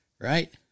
right